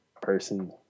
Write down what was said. person